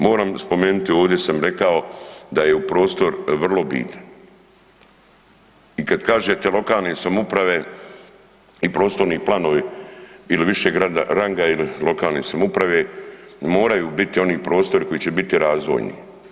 Moram spomenuti, ovdje sam rekao da je u prostor vrlo bitan, i kad kažete lokalne samouprave i prostorni planovi ili višeg ranga ili lokalne samouprave, moraju biti oni prostori koji će biti razvojni.